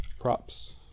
props